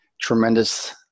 tremendous